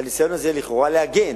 הניסיון הזה לכאורה להגן